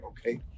okay